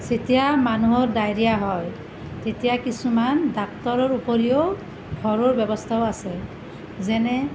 যেতিয়া মানুহৰ ডায়েৰিয়া হয় তেতিয়া কিছুমান ডাক্টৰৰ উপৰিও ঘৰুৱা ব্যৱস্থাও আছে যেনে